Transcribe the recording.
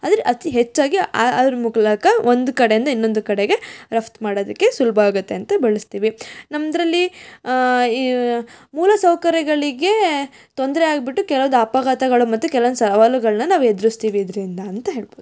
ಆದರೆ ಅತಿ ಹೆಚ್ಚಾಗಿ ಆ ಅದ್ರ ಮೂಲಕ ಒಂದು ಕಡೆಯಿಂದ ಇನ್ನೊಂದು ಕಡೆಗೆ ರಫ್ತು ಮಾಡೋದಕ್ಕೆ ಸುಲಭ ಆಗುತ್ತೆ ಅಂತ ಬಳಸ್ತೀವಿ ನಮ್ಮದ್ರಲ್ಲಿ ಈ ಮೂಲ ಸೌಕರ್ಯಗಳಿಗೆ ತೊಂದರೆ ಆಗಿಬಿಟ್ಟು ಕೆಲವೊಂದು ಅಪಘಾತಗಳು ಮತ್ತು ಕೆಲವೊಂದು ಸವಾಲುಗಳನ್ನ ನಾವು ಎದುರಿಸ್ತೀವಿ ಇದರಿಂದ ಅಂತ ಹೇಳ್ಬೋದು